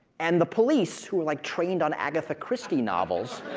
and the police who are like trained on agatha christie novels